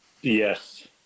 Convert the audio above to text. Yes